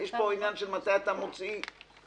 יש שאלה מתי במסגרת התהליך.